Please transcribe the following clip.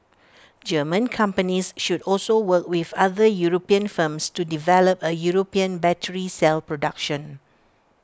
German companies should also work with other european firms to develop A european battery cell production